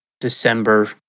December